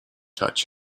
touch